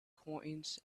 coins